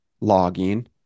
logging